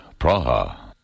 Praha